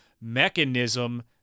mechanism